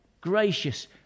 gracious